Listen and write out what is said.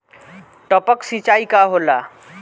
टपक सिंचाई का होला?